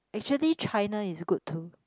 actually China is good too